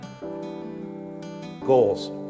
goals